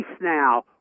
now